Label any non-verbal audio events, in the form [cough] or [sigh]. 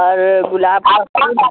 اور گلاب [unintelligible]